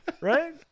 right